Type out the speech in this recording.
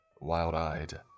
wild-eyed